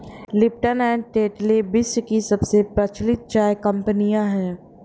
Lipton and Tetley विश्व की सबसे प्रचलित चाय कंपनियां है